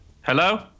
hello